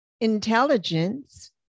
Intelligence